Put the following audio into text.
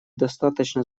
достаточно